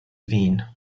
wien